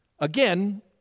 Again